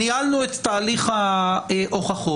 ניהלנו את תהליך ההוכחות,